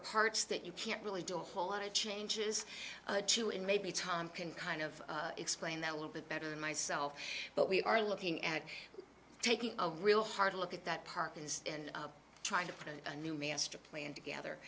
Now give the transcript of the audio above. parts that you can't really do a whole lot of changes to in maybe time can kind of explain that a little bit better than myself but we are looking at taking a real hard look at that park is trying to put a new master plan together